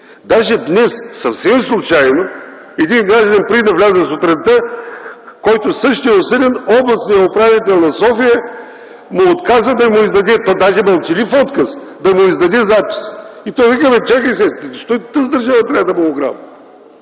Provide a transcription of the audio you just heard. Даже днес съвсем случайно един гражданин, преди да вляза сутринта, който също е осъден, областният управител на София отказва да му издаде - даже мълчалив отказ – отказва да му издаде запис. И той вика: „Чакай сега, защо тази държава трябва да ме ограбва?”